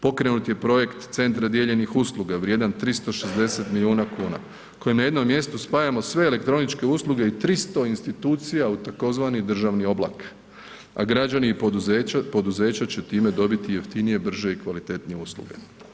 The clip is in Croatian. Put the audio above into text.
Pokrenut je Projekt Centra dijeljenih usluga vrijedan 360 milijuna kuna kojim na jednom mjestu spajamo sve elektroničke usluge i 300 institucija u tzv. državni oblak, a građani i poduzeća će time dobiti jeftinije, brže i kvalitetnije usluge.